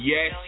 Yes